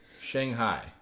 Shanghai